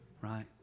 right